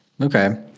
Okay